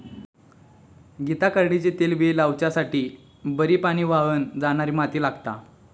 गीता करडईचे तेलबिये लावच्यासाठी बरी पाणी व्हावन जाणारी माती लागता